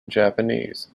japanese